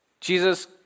Jesus